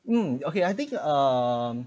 mm okay I think um